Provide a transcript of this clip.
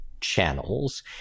channels